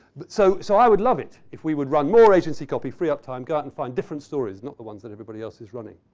so so, i would love it if we would run more agency copy, free up time, go out and find different stories, not the ones that everybody else is running.